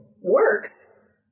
works